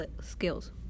skills